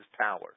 power